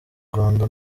rwanda